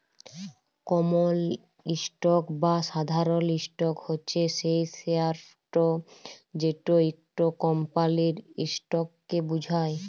কমল stock বা সাধারল stock হছে সেই শেয়ারট যেট ইকট কমপালির ইসটককে বুঝায়